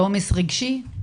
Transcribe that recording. בעומס רגשי.